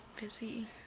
busy